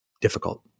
difficult